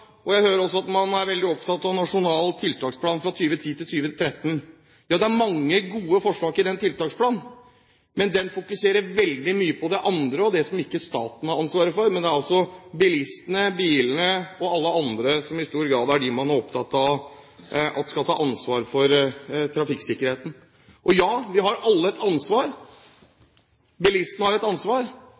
man er veldig opptatt av Nasjonal tiltaksplan for 2010–2013. Ja, det er mange gode forslag til tiltak i den tiltaksplanen, men den fokuserer veldig mye på det andre og det som ikke staten har ansvaret for, nemlig bilistene og alle andre som i stor grad er dem man er opptatt av skal ta ansvar for trafikksikkerheten. Og ja, vi har alle et ansvar – bilistene har et ansvar